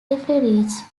reaches